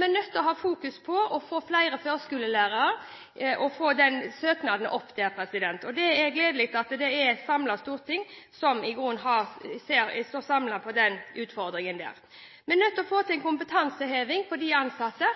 vi er nødt til å ha fokus på å få flere førskolelærere og få flere søknader. Det er gledelig at det er et storting som står samlet om den utfordringen. Vi er nødt til å få til en kompetanseheving for de ansatte.